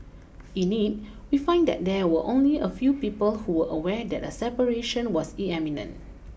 in it we find that there were only a few people who aware that a separation was